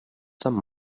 some